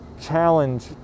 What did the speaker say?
challenge